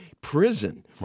prison